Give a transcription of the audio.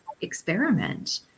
experiment